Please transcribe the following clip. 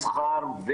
מסחר,